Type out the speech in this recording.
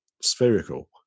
spherical